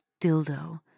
dildo